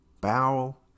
bowel